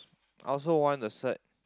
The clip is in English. I also want the cert